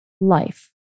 life